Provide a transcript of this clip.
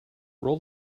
roll